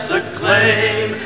acclaim